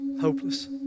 Hopeless